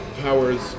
powers